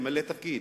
למלא תפקיד.